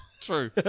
True